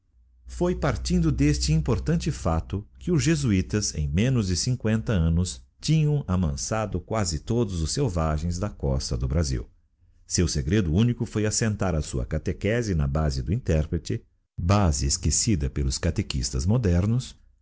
foi partindo deste importante facto que os jesuítas em menos de cincoenta annos tinham amansado quasi todos os selvagens da costa do brasil seu segredo único foi assentar a sua catechese na base do interprete base esquecida pelos catechistas modernos